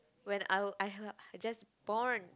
when I I I just born